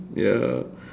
ya